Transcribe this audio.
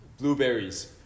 Blueberries